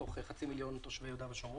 מתוך חצי מיליון תושבי יהודה ושומרון,